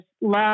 love